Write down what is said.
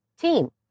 team